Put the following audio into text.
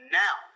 now